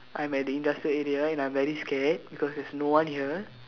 I'm at the industrial area and I very scared because there's no one here